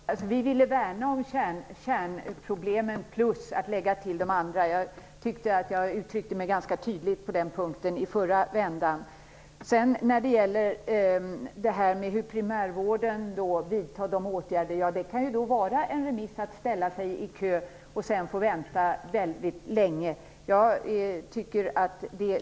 Herr talman! Vi ville värna om kärnproblemen och dessutom lägga till de andra. Jag tyckte att jag uttryckte mig ganska tydligt på den punkten i förra vändan. Sedan till frågan om hur primärvården vidtar åtgärder. Det kan ju handla om att få en remiss och sedan ställa sig i kö och få vänta väldigt länge.